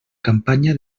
campanya